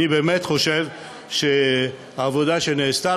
אני באמת חושב שהעבודה שנעשתה,